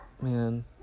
man